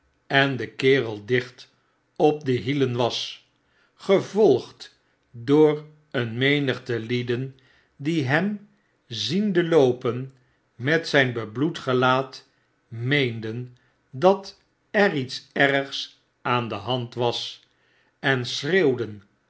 en den kerel dicht op de hielen was gevolgd door een menigte lieden die hem ziende loopen met zijn bebloed gelaat meenden dat er iets ergs aan de hand was en schreeuwden